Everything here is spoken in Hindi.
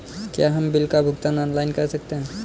क्या हम बिल का भुगतान ऑनलाइन कर सकते हैं?